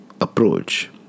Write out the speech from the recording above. approach